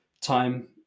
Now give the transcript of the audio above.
time